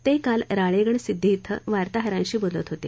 ते काल राळेगणसिद्धी इथं वार्ताहरांशी बोलत होते